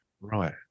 Right